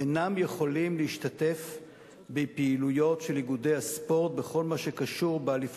אינם יכולים להשתתף בפעילויות של איגודי הספורט בכל